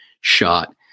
shot